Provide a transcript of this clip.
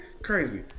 Crazy